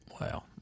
Wow